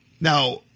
Now